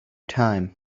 time